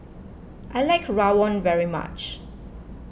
I like Rawon very much